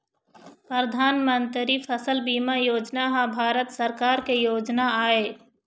परधानमंतरी फसल बीमा योजना ह भारत सरकार के योजना आय